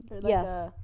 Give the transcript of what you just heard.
yes